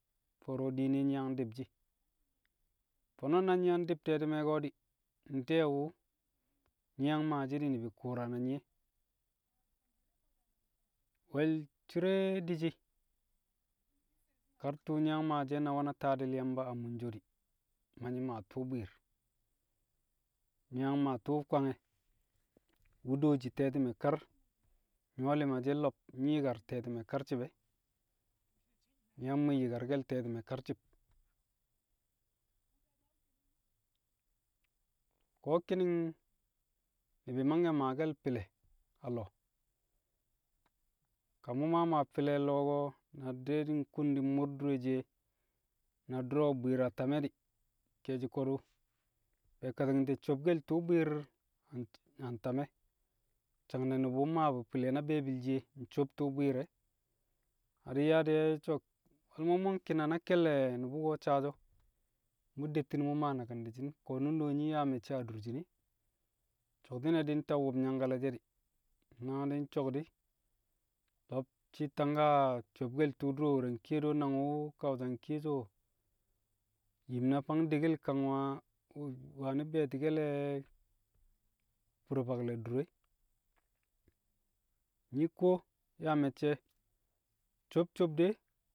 Fo̱o̱ro̱ diin nyi̱ yang di̱b shi̱, fo̱no̱ na nyi̱ yang di̱b te̱tu̱me̱ ko̱ di̱, nte̱e̱ wu̱ nyi̱ yang maashi̱ di̱ ni̱bi̱ ku̱u̱ra na nyi̱ e̱. Wo̱l cire di̱shi̱, kar tṵṵ nyi̱ yang maashi̱ e̱ na taadi̱l Yamba a munso di̱ ma nyi̱ maa tṵṵ bwi̱i̱r. Nyi̱ yang maa tṵṵ Kwange̱ wu̱ dooshi te̱ti̱mẹ kar nyu̱wo̱ li̱ma she̱, lo̱b nyi̱ yi̱kar tẹti̱mẹ karci̱b e̱. Nyi̱ yang mwi̱i̱ yi̱karke̱l tẹti̱mẹ karci̱b ko̱ ki̱ni̱ng, ni̱bi̱ mangke̱ maake̱l fi̱le̱ a lo̱o̱, ka mu̱ maa maa fi̱le̱ lo̱o̱ ko̱, na di̱rẹ di̱ nkun di̱ mmu̱r- dur re̱ she̱ na du̱ro̱ bwi̱i̱r a tame̱ di̱, ke̱e̱shi̱ ko̱du̱ be̱e̱kati̱ng di̱ sobkel tṵṵ bwi̱i̱r a ntame̱ sang ne̱ nu̱bu̱ mmaa bu̱ fi̱lẹ na be̱e̱bi̱l shiye nsob tṵṵ bwi̱i̱r e̱ na di̱ nyaa di̱ so̱ wo̱lmo̱ mu̱n ki̱na na kẹllẹ nu̱bu̱ jo caje e̱ mu dettin mu ma nakim dishin ko nundo nyi ya mecce a duro jin e̱, coktine nta wub nyan galel je di na ding cok di lob ci langa cobgel tṵṵ dṵro were nke do nang wu kawa nke co, yim na fang degel kanwaa wani betigelle furo fakle dure̱. Nyi ko ya mecce cob cob de.